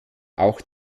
auch